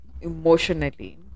emotionally